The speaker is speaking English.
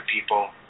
people